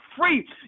free